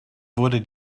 wurde